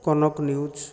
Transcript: Kanak news